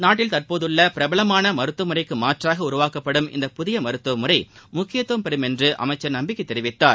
நாட்டில் தற்போதுள்ள பிரபலமான மருத்துவ முறைக்கு மாற்றாக உருவாக்கப்படும் இந்த புதிய மருத்துவ முறை முக்கியத்துவம் பெறும் என்று அமைச்சர் நம்பிக்கை தெரிவித்தார்